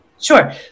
Sure